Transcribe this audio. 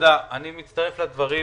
מצטרף לדברים.